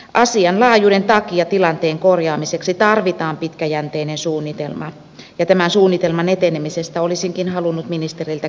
asian laajuuden takia tilanteen korjaamiseksi tarvitaan pitkäjänteinen suunnitelma ja tämän suunnitelman etenemisestä olisinkin halunnut ministeriltä kysyä